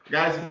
Guys